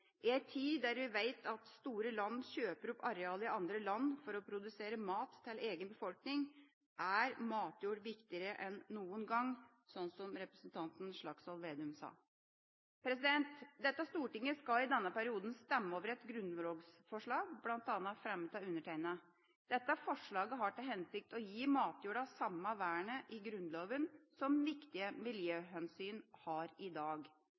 I en tid der vi vet at store land kjøper opp arealer i andre land for å produsere mat til egen befolkning, er matjord viktigere enn noen gang, som representanten Slagsvold Vedum sa. Dette Stortinget skal i denne perioden stemme over et grunnlovsforslag som er fremmet bl.a. av undertegnede. Dette forslaget har til hensikt å gi matjorda samme vernet i Grunnloven som viktige miljøhensyn har i dag.